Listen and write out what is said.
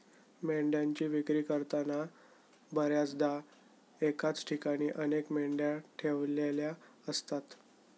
मेंढ्यांची विक्री करताना बर्याचदा एकाच ठिकाणी अनेक मेंढ्या ठेवलेल्या असतात